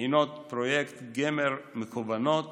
בחינות פרויקט גמר מקוונות